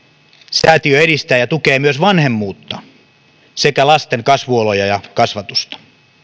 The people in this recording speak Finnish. säätiö edistää ja tukee myös vanhemmuutta sekä lasten kasvuoloja ja kasvatusta